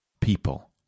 people